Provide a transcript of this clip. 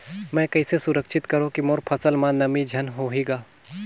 मैं कइसे सुरक्षित करो की मोर फसल म नमी झन होही ग?